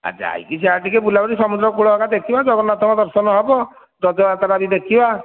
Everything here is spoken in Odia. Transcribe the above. ଆ ଯାଇକି ସେଆଡ଼େ ଟିକିଏ ବୁଲା ବୁଲି ସମୁଦ୍ର କୁଳ ଆଡ଼େ ଟିକିଏ ଦେଖିବା ଜଗନ୍ନାଥଙ୍କ ଦର୍ଶନ ହେବ ରଜଯାତ୍ରା ବି ଦେଖିବା